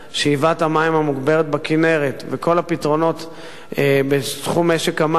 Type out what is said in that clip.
שאיבת המים המוגברת בכינרת וכל הפתרונות בתחום משק המים,